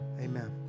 Amen